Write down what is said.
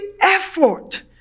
effort